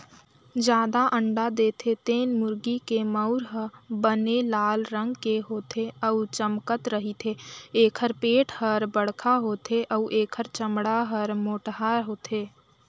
जादा अंडा देथे तेन मुरगी के मउर ह बने लाल रंग के होथे अउ चमकत रहिथे, एखर पेट हर बड़खा होथे अउ एखर चमड़ा हर मोटहा होथे